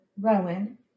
rowan